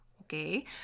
Okay